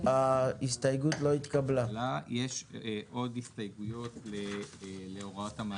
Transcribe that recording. הצבעה ההסתייגות לא התקבלה ההסתייגות לא התקבלה.